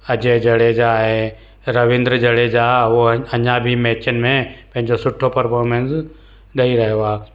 अजय जड़ेजा आहे रविंद्र जड़ेजा उहा अञा बि मैचनि में पंहिंजो सुठो परफॉर्मैंस ॾेई रहियो आहे